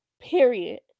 period